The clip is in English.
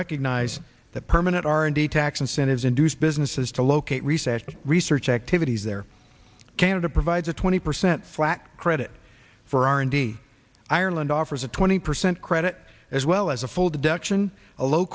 recognize that permanent r and d tax incentives induce businesses to locate recession research activities there canada provides a twenty percent flat credit for r and d ireland offers a twenty percent credit as well as a full deduction a low